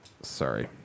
Sorry